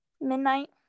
Midnight